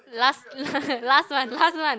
last last last month